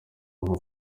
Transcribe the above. nko